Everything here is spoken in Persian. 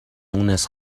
مونس